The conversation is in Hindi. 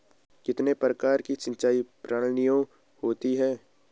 कितने प्रकार की सिंचाई प्रणालियों होती हैं?